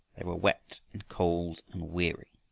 they were wet and cold and weary,